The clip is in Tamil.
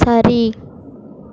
சரி